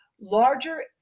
larger